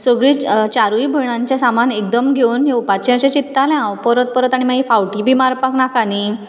सगळीं चारूय भयणांचें सामान एकदम घेवन येवपाचें अशें चित्तालें हांव परत परत आनी फावटी बी मारपाक नाका न्ही